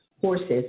Horses